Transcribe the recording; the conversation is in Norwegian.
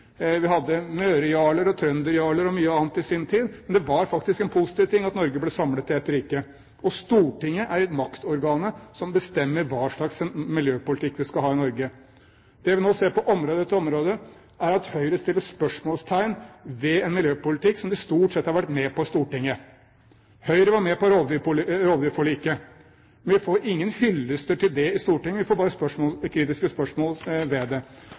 Vi hadde mørejarler, trønderjarler og mye annet i sin tid, men det var faktisk en positiv ting at Norge ble samlet til ett rike. Og Stortinget er det maktorganet som bestemmer hva slags miljøpolitikk vi skal ha i Norge. Det vi nå ser på område etter område, er at Høyre setter spørsmålstegn ved en miljøpolitikk som de stort sett har vært med på i Stortinget. Høyre var med på rovdyrforliket, men vi får ingen hyllest for det i Stortinget. Vi får bare kritiske spørsmål til det.